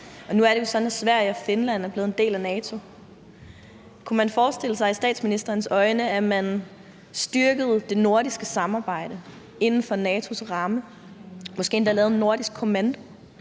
nu er det jo sådan, at Sverige og Finland er blevet en del af NATO. Kunne man set med statsministerens øjne forestille sig, at man styrkede det nordiske samarbejde inden for NATO's ramme og måske endda lavede en nordisk kommando,